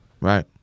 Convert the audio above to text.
Right